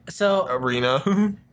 arena